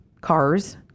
cars